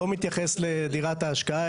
לא מתייחס לדירה ההשקעה,